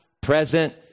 present